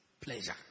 pleasure